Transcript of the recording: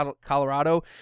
Colorado